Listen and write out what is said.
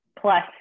plus